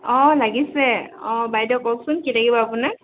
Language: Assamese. অঁ লাগিছে অঁ বাইদেউঅ কওকচোন কি লাগিব আপোনাক